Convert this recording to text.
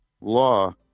law